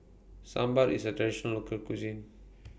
Sambar IS A Traditional Local Cuisine